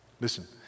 Listen